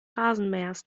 rasenmähers